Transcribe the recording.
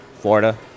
Florida